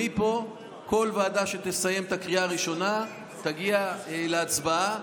מפה כל ועדה שתסיים את הקריאה הראשונה תגיע להצבעה,